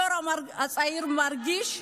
הדור הצעיר מרגיש,